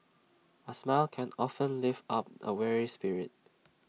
A smile can often lift up A weary spirit